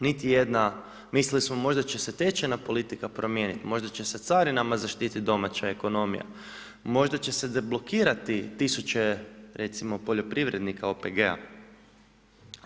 Niti jedna, mislili smo možda će se tečajna politika promijeniti, možda će se carinama zaštiti domaća ekonomija, možda će se deblokirati tisuće recimo, poljoprivrednika OPG-a.